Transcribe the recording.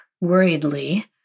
worriedly